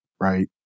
right